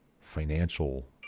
financial